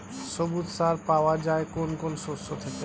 সবুজ সার পাওয়া যায় কোন কোন শস্য থেকে?